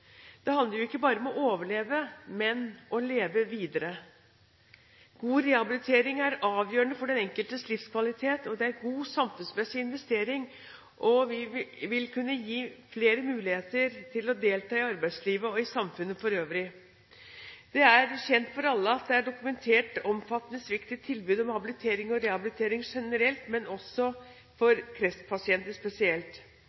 Det handler jo ikke bare om å overleve, men om å leve videre. God rehabilitering er avgjørende for den enkeltes livskvalitet, og det er en god samfunnsmessig investering og vil kunne gi flere muligheter til å delta i arbeidslivet og i samfunnet for øvrig. Det er kjent for alle at det er dokumentert omfattende svikt i tilbudet om habilitering og rehabilitering generelt, men også